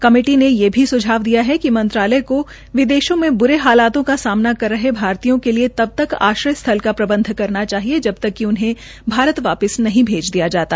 committee ने ये भी सुझाव दिया है कि मंत्रालय की विदेशों मे ब्रे हालातों का सामना कर रहे भारतीय के लिए तबतक आश्रय स्थल का प्रबंध करना चाहिए जब तक कि उन्हें भारत वापिस नहीं भेज दिया जाता